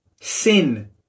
Sin